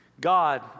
God